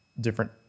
different